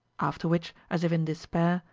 after which, as if in despair,